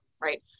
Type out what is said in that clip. right